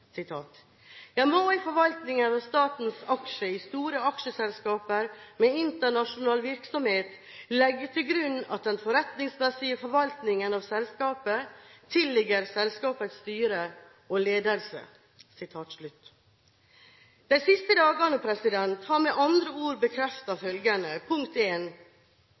må i forvaltningen av statens aksjer i store aksjeselskaper med internasjonal virksomhet legge til grunn at den forretningsmessige forvaltningen av selskapet tilligger selskapets styre og ledelse.» De siste dagene har med andre ord bekreftet følgende: Punkt 1: Regjeringen har en